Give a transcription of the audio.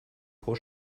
trop